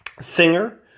singer